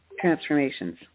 transformations